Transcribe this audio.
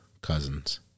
cousins